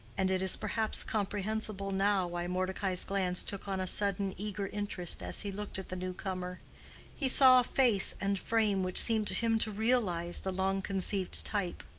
and it is perhaps comprehensible now why mordecai's glance took on a sudden eager interest as he looked at the new-comer he saw a face and frame which seemed to him to realize the long-conceived type.